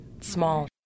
small